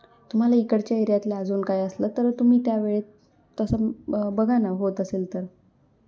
तुम्हाला इकडच्या एरियातल्या अजून काय असलं तर तुम्ही त्या वेळेत तसं बघा ना होत असेल तर